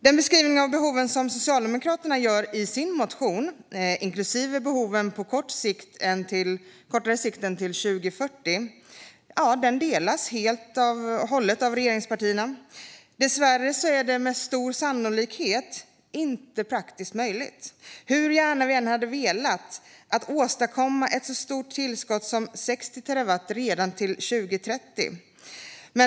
Den beskrivning av behoven som Socialdemokraterna gör i sin motion, inklusive behoven på kortare sikt än till 2040, håller regeringspartierna med om helt och hållet. Dessvärre är det med stor sannolikhet inte praktiskt möjligt, hur gärna vi än hade velat det, att åstadkomma ett så stort tillskott som 60 terawattimmar redan till 2030.